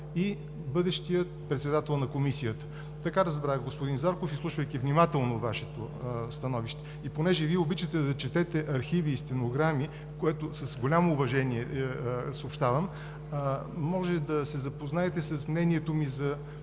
да бъде предложено на обществото. Така разбрах, господин Зарков, изслушвайки внимателно Вашето становище. И понеже Вие обичате да четете архиви и стенограми, което с голямо уважение съобщавам, може да се запознаете с мнението и